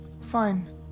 Fine